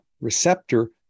receptor